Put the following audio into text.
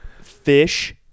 fish